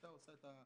שהייתה עושה גם